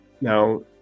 Now